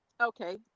Okay